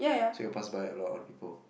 so you will pass by a lot of other people